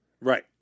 Right